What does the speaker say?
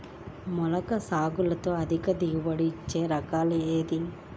మొలకల సాగులో అధిక దిగుబడి ఇచ్చే రకం ఏది?